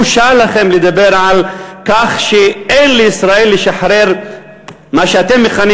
בושה לכם לדבר על כך שאין לישראל לשחרר מה שאתם מכנים